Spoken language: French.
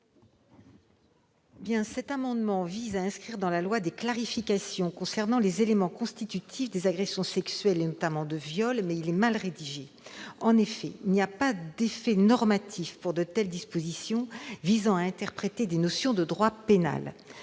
? Cet amendement vise à inscrire dans la loi des clarifications concernant les éléments constitutifs des agressions sexuelles, notamment du viol, mais il est mal rédigé. En effet, ce type de dispositions visant à interpréter des notions de droit pénal